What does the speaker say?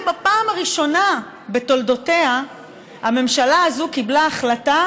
בפעם הראשונה בתולדותיה הממשלה הזו קיבלה החלטה